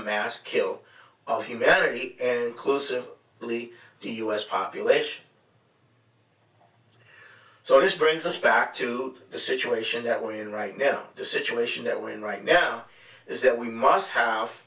a mask kill of humanity and close of leave the us population so this brings us back to the situation that we're in right now the situation that we're in right now is that we must have